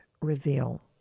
reveal